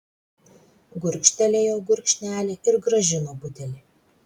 gurkštelėjo gurkšnelį ir grąžino butelį